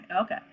okay